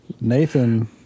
Nathan